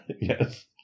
Yes